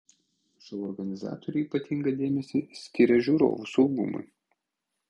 šou organizatoriai ypatingą dėmesį skiria žiūrovų saugumui